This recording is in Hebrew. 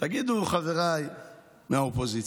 תגידו, חבריי מהאופוזיציה,